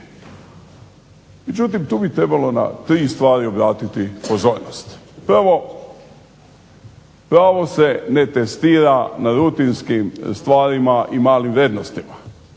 Međutim tu bi trebalo na tri stvari obratiti pozornost. Prvo, pravo se ne testira na rutinskim stvarima i malim vrijednostima,